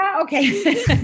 okay